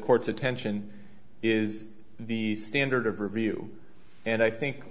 court's attention is the standard of review and i think